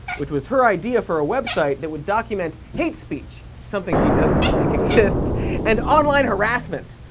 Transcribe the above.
which was her idea for a website that would document hate speech something she doesn't think exists and online harassment,